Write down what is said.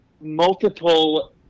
multiple